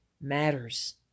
matters